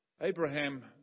Abraham